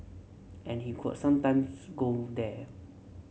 and he could sometimes go there